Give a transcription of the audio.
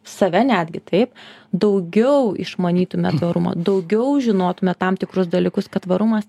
save netgi taip daugiau išmanytume tvarumą daugiau žinotume tam tikrus dalykus kad tvarumas